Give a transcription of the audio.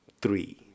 three